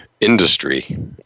industry